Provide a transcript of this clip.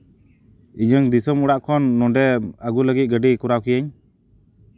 ᱤᱧᱟᱹᱝ ᱫᱤᱥᱚᱢ ᱚᱲᱟᱜ ᱠᱷᱚᱱ ᱱᱚᱰᱮ ᱟᱹᱜᱩ ᱞᱟᱹᱜᱤᱫ ᱜᱟᱹᱰᱤ ᱠᱚᱨᱟᱣ ᱠᱮᱭᱟᱹᱧ